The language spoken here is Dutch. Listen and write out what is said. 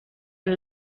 een